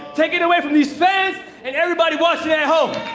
taking away from these fans and everybody watching at home.